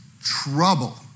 trouble